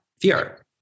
fear